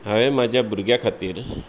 हांवें म्हज्या भुरग्या खातीर